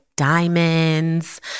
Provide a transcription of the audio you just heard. Diamonds